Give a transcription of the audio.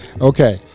Okay